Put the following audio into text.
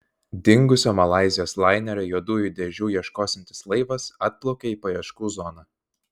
dingusio malaizijos lainerio juodųjų dėžių ieškosiantis laivas atplaukė į paieškų zoną